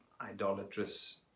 idolatrous